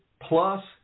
plus